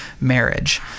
marriage